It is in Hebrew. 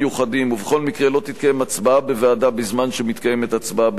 ובכל מקרה לא תתקיים הצבעה בוועדה בזמן שמתקיימת הצבעה במליאה.